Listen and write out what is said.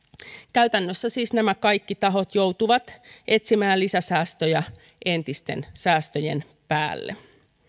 käytännössä siis nämä kaikki tahot joutuvat etsimään lisäsäästöjä entisten säästöjen päälle